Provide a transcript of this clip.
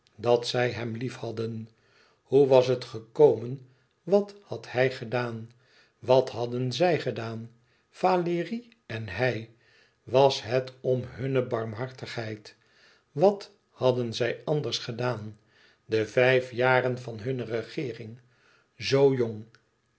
dat zij hem liefhadden hoe was het gekomen wat had hij gedaan wat hadden zij gedaan valérie en hij was het om hunne barmhartigheid wat hadden zij anders gedaan de vijf jaren van hunne regeering zoo jong